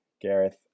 Gareth